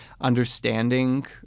understanding